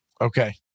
Okay